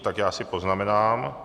Tak já si to poznamenám.